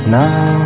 now